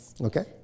Okay